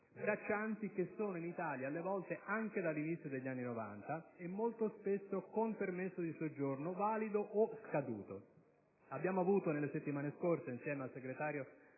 braccianti che sono in Italia talvolta anche dall'inizio degli anni '90, molto spesso con permesso di soggiorno, valido o scaduto. Abbiamo avuto nelle settimane scorse, insieme al segretario